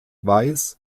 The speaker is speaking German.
weiß